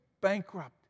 bankrupt